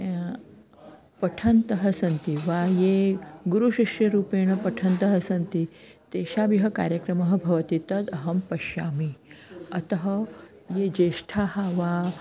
पठन्तः सन्ति वा ये गुरुशिष्यरूपेण पठन्तः सन्ति तेषां यः कार्यक्रमः भवति तदहं पश्यामि अतः ये ज्येष्ठाः वा